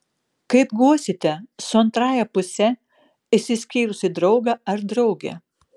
kaip guosite su antrąja puse išsiskyrusį draugą ar draugę